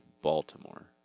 Baltimore